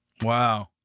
Wow